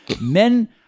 Men